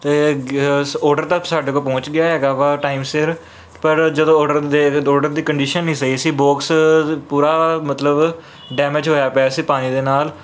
ਅਤੇ ਆਰਡਰ ਤਾਂ ਸਾਡੇ ਕੋਲ ਪਹੁੰਚ ਗਿਆ ਹੈਗਾ ਵਾ ਟਾਈਮ ਸਿਰ ਪਰ ਜਦੋਂ ਆਰਡਰ ਦੇ ਆਰਡਰ ਦੀ ਕੰਡੀਸ਼ਨ ਨਹੀਂ ਸਹੀ ਸੀ ਬੋਕਸ ਪੂਰਾ ਮਤਲਬ ਡੈਮੇਜ ਹੋਇਆ ਪਿਆ ਸੀ ਪਾਣੀ ਦੇ ਨਾਲ